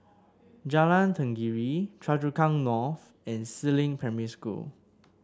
Jalan Tenggiri Choa Chu Kang North and Si Ling Primary School